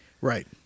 Right